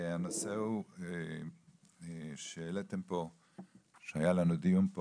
הנושא שעליו היה לנו דיון פה